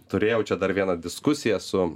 turėjau čia dar vieną diskusiją su